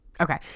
Okay